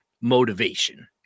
motivation